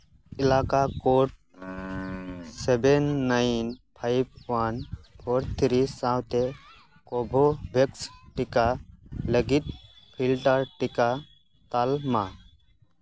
ᱮᱞᱟᱠᱟ code seven nine five one four three ᱥᱟᱶᱛᱮ ᱠᱳ ᱵᱷᱮᱠᱥ ᱴᱤᱠᱟ ᱞᱟᱹᱜᱤᱫ ᱯᱷᱤᱞᱴᱟᱨ ᱴᱤᱠᱟ ᱛᱟᱞᱢᱟ